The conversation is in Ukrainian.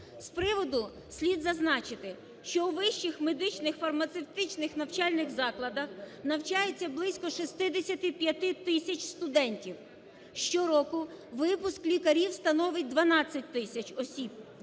З приводу слід зазначити, що у вищих медичних, фармацевтичних навчальних закладах навчається близько 65 тисяч студентів. Щороку випуск лікарів становить 12 тисяч осіб,